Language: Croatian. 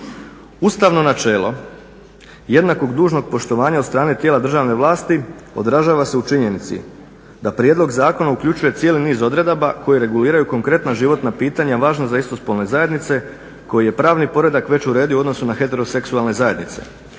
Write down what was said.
Ustavno načelo jednakog dužnog poštovanja od strane tijela državne vlasti odražava se u činjenici da prijedlog zakona uključuje cijeli niz odredaba koje reguliraju konkretna životna pitanja važna za istospolne zajednice koji je pravni poredak već uredio u odnosu na heteroseksualne zajednice.